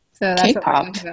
K-pop